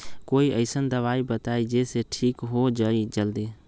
कोई अईसन दवाई बताई जे से ठीक हो जई जल्दी?